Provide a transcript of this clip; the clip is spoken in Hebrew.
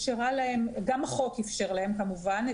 וגם החוק איפשר להם כמובן,